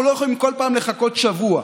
אנחנו לא יכולים כל פעם לחכות שבוע.